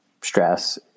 stress